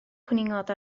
cwningod